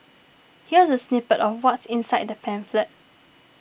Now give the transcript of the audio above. here's a snippet of what's inside the pamphlet